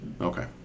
Okay